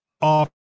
off